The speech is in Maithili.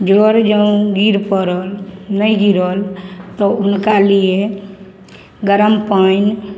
जर जँ गिर पड़ल नहि गिरल तऽ हुनकालिए गरम पानि